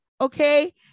okay